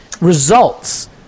results